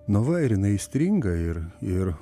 na va ir jinai įstringa ir ir